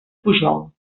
pujol